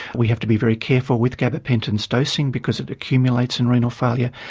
we have to be very careful with gabapentin's dosing because it accumulates in renal failure.